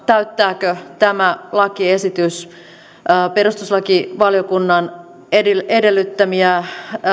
täyttääkö tämä lakiesitys perustuslakivaliokunnan edellyttämiä